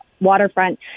waterfront